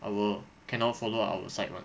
our cannot follow our site [one]